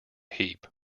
heap